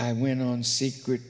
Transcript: i went on secret